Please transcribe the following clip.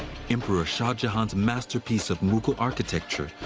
emperor shah jahan's masterpiece of mughal architecture,